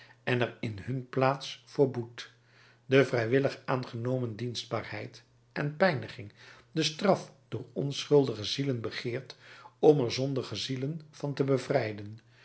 en er in hun plaats voor boet de vrijwillig aangenomen dienstbaarheid en pijniging de straf door onschuldige zielen begeerd om er zondige zielen van te bevrijden